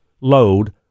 load